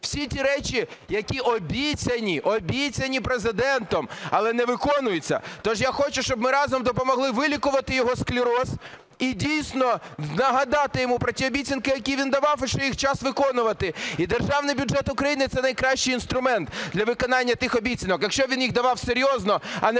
всі ті речі, які обіцяні Президентом, але не виконуються. Тож я хочу, щоб ми разом допомогли вилікувати його склероз, і дійсно нагадати йому про ті обіцянки, які він давав і що їх час виконувати. І Державний бюджет України – це найкращий інструмент для виконання тих обіцянок, якщо він їх давав серйозно, а не просто